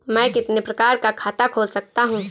मैं कितने प्रकार का खाता खोल सकता हूँ?